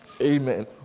Amen